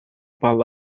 about